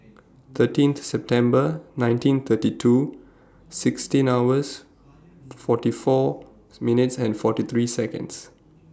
thirteen September nineteen thirty two sixteen hours forty Fourth minutes and forty three Seconds